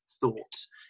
thoughts